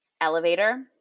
elevator